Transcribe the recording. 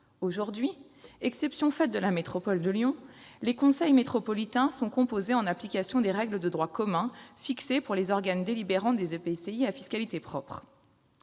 Aujourd'hui, exception faite de la métropole de Lyon, les conseils métropolitains sont composés en application des règles de droit commun fixées pour les organes délibérants des EPCI à fiscalité propre.